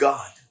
God